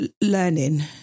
learning